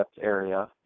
area